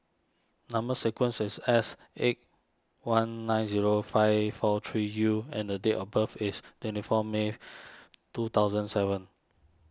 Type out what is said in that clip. Number Sequence is S eight one nine zero five four three U and a date of birth is twenty four May two thousand seven